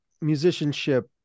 musicianship